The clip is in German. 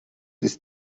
ist